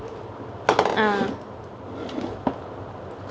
ah